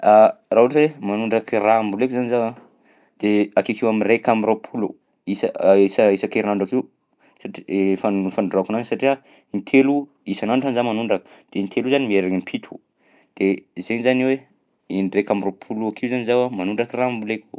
Raha ohatra hoe manondraka raha amboleko zany za de akekeo am'raika amby roapolo isa- isa- isan-kerignandro akeo satr- e fano- fanondrahako anazy satria intelo isan'andro zany zaho manondraka de intelo io zany miherigna impito de zaigny zany hoe indraika amby roapolo akeo zany zaho a no manondraka raha amboleko.